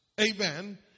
amen